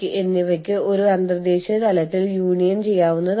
മൂന്നാം രാജ്യ പൌരന്മാർ Y എന്ന സ്ഥാപനത്തിലേക്ക് കുടിയേറുന്നു